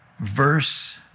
verse